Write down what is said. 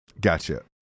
Gotcha